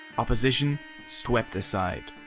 opposition swept aside,